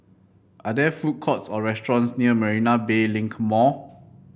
are there food courts or restaurants near Marina Bay Link Mall